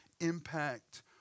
impact